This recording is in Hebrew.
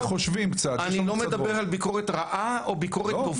אני לא מדבר על ביקורת רעה או ביקורת טובה,